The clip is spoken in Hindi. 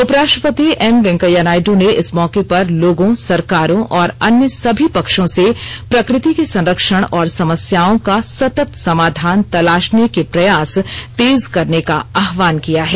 उपराष्ट्रपति एम वेंकैया नायडू ने इस मौके पर लोगों सरकारों और अन्य समी पक्षों से प्रकृति के संरक्षण और समस्याओं का सतत समाधान तलाशने के प्रयास तेज करने का आहवान किया है